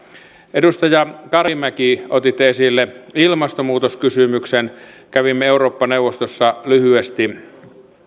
edustaja karimäki otitte esille ilmastonmuutoskysymyksen kävimme eurooppa neuvostossa lyhyesti